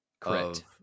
correct